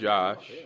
Josh